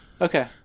Okay